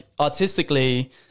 artistically